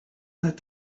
let